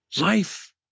Life